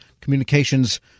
communications